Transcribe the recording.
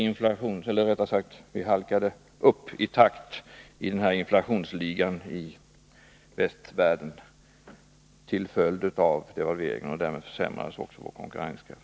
Man kan säga att vi ”halkat upp” i inflationsligan i västvärlden till följd av devalveringen. Därmed försämrades också vår konkurrenskraft.